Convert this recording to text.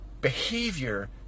behavior